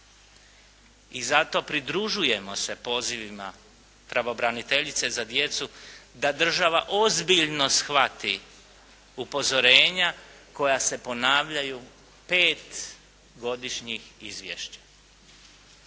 I zato, pridružujemo se pozivima pravobraniteljice za djecu da država ozbiljno shvati upozorenja koja se ponavljaju 5 godišnjih izvješća.